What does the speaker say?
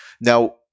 now